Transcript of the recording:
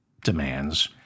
demands